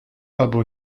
albo